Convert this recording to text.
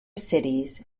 cities